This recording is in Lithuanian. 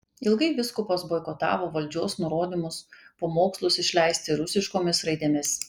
ilgai vyskupas boikotavo valdžios nurodymus pamokslus išleisti rusiškomis raidėmis